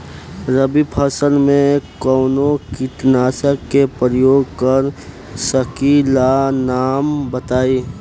रबी फसल में कवनो कीटनाशक के परयोग कर सकी ला नाम बताईं?